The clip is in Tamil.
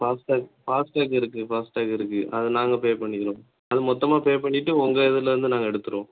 ஃபாஸ்ட் ட்ராக் ஃபாஸ்ட் ட்ராக் இருக்குது ஃபாஸ்ட் ட்ராக் இருக்குது அதை நாங்கள் பே பண்ணிக்கிறோம் அது மொத்தமாக பே பண்ணிவிட்டு உங்கள் இதுலேருந்து நாங்கள் எடுத்துடுவோம்